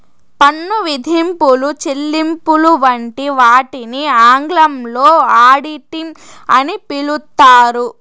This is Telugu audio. పన్ను విధింపులు, చెల్లింపులు వంటి వాటిని ఆంగ్లంలో ఆడిటింగ్ అని పిలుత్తారు